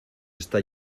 está